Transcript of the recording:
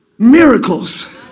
miracles